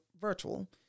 virtual